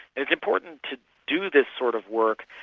it's important to do this sort of work,